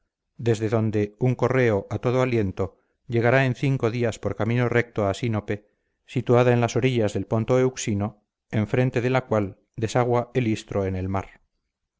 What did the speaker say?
desde donde un correo a todo aliento llegará en cinco días por camino recto a sinope situada en las orillas del ponto euxino enfrente de la cual desagua el istro en el mar